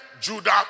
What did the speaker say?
Judah